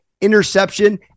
interception